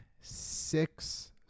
six